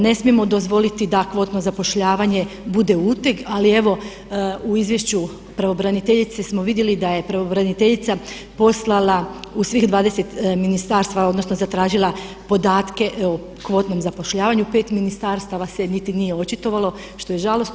Ne smijemo dozvoliti da kvotno zapošljavanje bude uteg ali evo u izvješću pravobraniteljice smo vidjeli da je pravobraniteljica poslala u svih 20 ministarstva odnosno zatražila podatke o kvotnom zapošljavanju, 5 ministarstava se niti nije očitovalo što je žalosno.